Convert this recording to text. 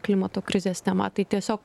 klimato krizės tema tai tiesiog